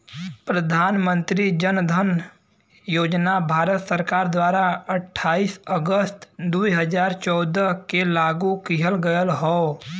प्रधान मंत्री जन धन योजना भारत सरकार द्वारा अठाईस अगस्त दुई हजार चौदह के लागू किहल गयल हौ